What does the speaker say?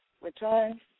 return